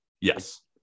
Yes